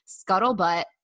scuttlebutt